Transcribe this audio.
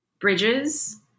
bridges